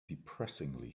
depressingly